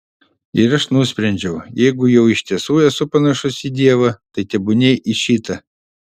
ir aš nusprendžiau jeigu jau iš tiesų esu panašus į dievą tai tebūnie į šitą